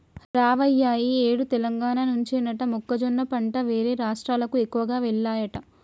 రావయ్య ఈ ఏడు తెలంగాణ నుంచేనట మొక్కజొన్న పంట వేరే రాష్ట్రాలకు ఎక్కువగా వెల్లాయట